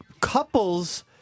couples